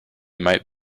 might